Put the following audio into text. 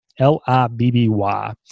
L-I-B-B-Y